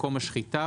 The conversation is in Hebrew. מקום השחיטה,